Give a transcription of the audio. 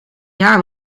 jaar